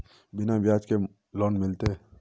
बिना ब्याज के लोन मिलते?